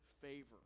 favor